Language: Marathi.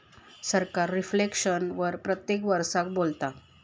सरकार रिफ्लेक्शन वर प्रत्येक वरसाक बोलता